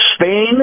Spain